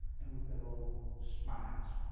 and with their own smiles.